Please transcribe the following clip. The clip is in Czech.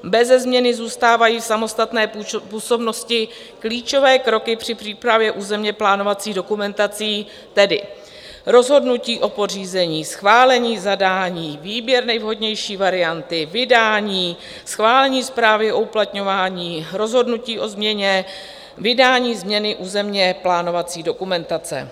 Beze změny zůstávají samostatné působnosti klíčové kroky při přípravě územněplánovacích dokumentací, tedy rozhodnutí o pořízení, schválení zadání, výběr nejvhodnější varianty, vydání, schválení správy o uplatňování, rozhodnutí o změně, vydání změny územněplánovací dokumentace.